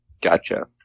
Gotcha